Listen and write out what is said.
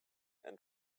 and